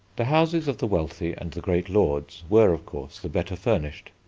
the houses of the wealthy and the great lords were, of course, the better furnished.